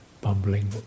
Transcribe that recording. bumbling